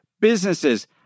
businesses